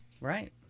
Right